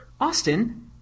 Austin